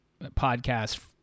podcast